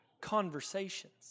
conversations